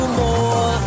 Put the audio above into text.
more